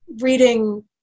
reading